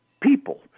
people